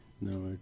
no